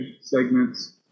segments